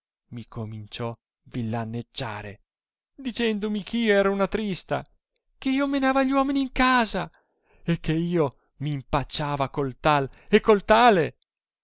mi cominciò tìllaneggiare dicendomi che io era una trista e eh io menava gli uomini in casa e che io m impacciava col tal e col tale